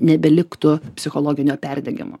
nebeliktų psichologinio perdegimo